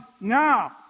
now